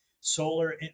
Solar